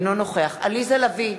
אינו נוכח עליזה לביא,